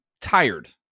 tired